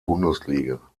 bundesliga